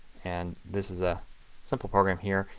and this is a simple program here.